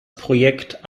projekt